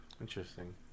Interesting